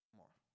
more